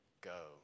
go